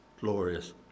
glorious